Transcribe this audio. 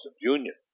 union